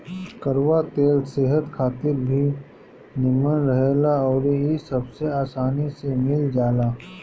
कड़ुआ तेल सेहत खातिर भी निमन रहेला अउरी इ सबसे आसानी में मिल जाला